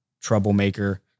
troublemaker